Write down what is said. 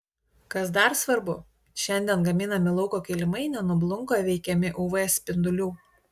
kas dar svarbu šiandien gaminami lauko kilimai nenublunka veikiami uv spindulių